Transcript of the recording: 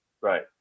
Right